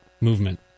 movement